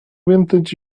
vintage